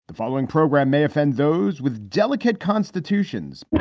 the following program may offend those with delicate constitutional